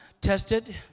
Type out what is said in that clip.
tested